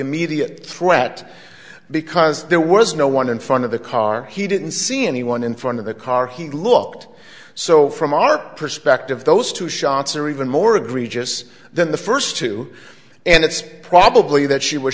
immediate threat because there was no one in front of the car he didn't see anyone in front of the car he looked so from our perspective those two shots are even more egregious than the first two and it's probably that she was